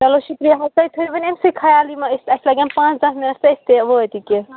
چلو شُکریہ حظ تُہۍ تھٲیِو وَنۍ أمسٕے خیال یِمَن اَسہِ لَگن پانٛژھ دَہ مِنَٹ تہٕ أسۍ تہِ وٲتۍ ییٚکیٛاہ